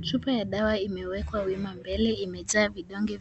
Chupa ya dawa imewekwa wima mbele, imejaa vidonge